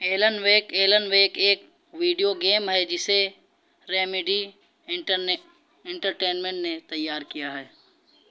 Alan Wake Alan Wake video ویڈیو گیم ہے جسے ریمیڈی انٹرنے انٹرٹینمنٹ نے تیار کیا ہے